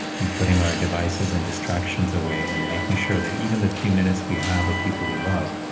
and putting our devices and distractions away and making sure that even the few minutes we have with people we love,